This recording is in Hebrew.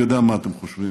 אני יודע מה אתם חושבים,